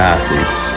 Athletes